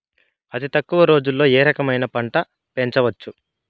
అతి తక్కువ రోజుల్లో ఏ రకమైన పంట పెంచవచ్చు?